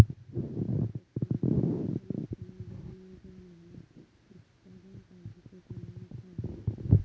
PF प्रक्रियेत मूल्यांकन, लक्ष्य निर्धारण, योजना निर्माण, निष्पादन काळ्जीचो समावेश हा